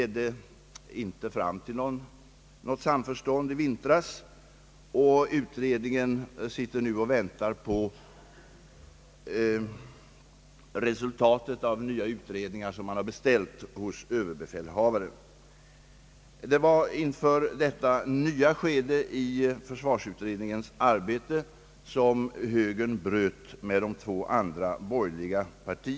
Då kan man nämligen mycket lättare möta kommande situationer, och då är också riksdagen på ett helt annat sätt fri och obunden i framtiden att ta ställning till försvarsfrågorna år från år eller från långtidsbeslut till långtidsbeslut.